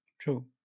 True